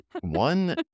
one